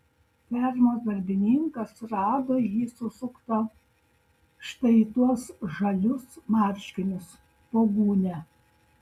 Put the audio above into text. fermos darbininkas rado jį susuktą štai į tuos žalius marškinius po gūnia